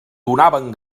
donaven